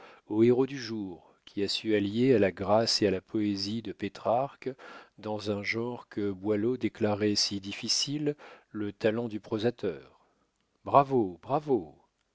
au héros du jour qui a su allier à la grâce et à la poésie de pétrarque dans un genre que boileau déclarait si difficile le talent du prosateur bravo bravo